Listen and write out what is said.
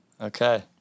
Okay